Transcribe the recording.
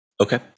Okay